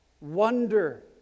Wonder